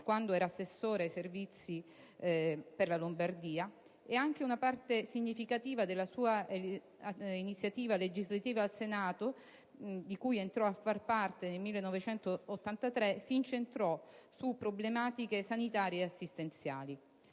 quando era assessore ai servizi per la Lombardia. Anche una parte significativa della sua iniziativa legislativa al Senato della Repubblica, di cui entrò a far parte nel 1983, si incentrò su problematiche sanitarie ed assistenziali.